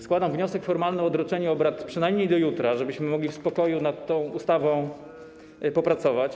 Składam wniosek formalny o odroczenie obrad przynajmniej do jutra, żebyśmy mogli w spokoju nad tą ustawą popracować.